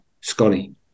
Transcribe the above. scotty